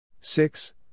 Six